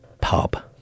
pub